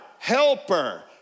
Helper